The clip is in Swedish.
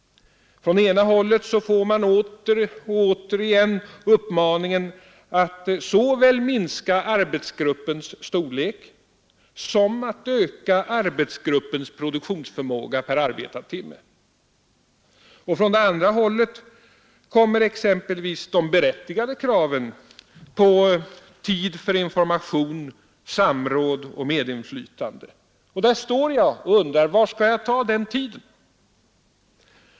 Från ena hållet får man åter och återigen uppmaningen såväl att minska arbetsgruppens storlek som att öka arbetsgruppens produktionsförmåga per arbetad timme. Från andra hållet kommer de berättigade kraven på tid för information, samråd och medinflytande. Där står jag och undrar: Var skall jag ta den tiden?